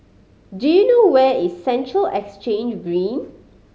do you know where is Central Exchange Green